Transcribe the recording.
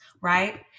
Right